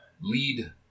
lead